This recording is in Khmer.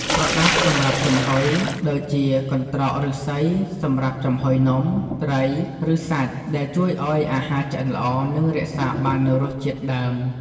ប្រដាប់សម្រាប់ចំហុយ ៖ ដូចជា កន្ត្រកឫស្សីសម្រាប់ចំហុយនំ ត្រី ឬសាច់ ដែលជួយឱ្យអាហារឆ្អិនល្អ និងរក្សាបាននូវរសជាតិដើម។